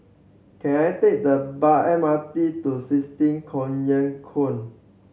can I take the by M R T to sixteen Collyer Quay